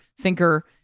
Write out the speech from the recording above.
thinker